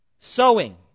Sewing